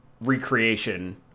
recreation